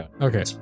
Okay